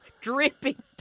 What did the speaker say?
dripping